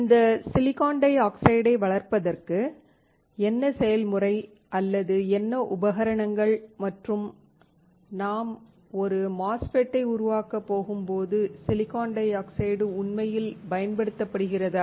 இந்த சிலிக்கான் டை ஆக்சைடை வளர்ப்பதற்கு என்ன செயல்முறை அல்லது என்ன உபகரணங்கள் மற்றும் நாம் ஒரு மோஸ்ஃபெட்டை உருவாக்கப் போகும்போது சிலிக்கான் டை ஆக்சைடு உண்மையில் பயன்படுத்தப்படுகிறதா